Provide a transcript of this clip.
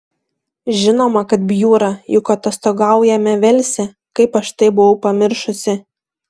žinoma kad bjūra juk atostogaujame velse kaip aš tai buvau pamiršusi